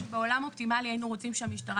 שבעולם אופטימאלי היינו רוצים שהמשטרה